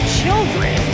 children